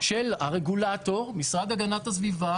של הרגולטור, משרד הגנת הסביבה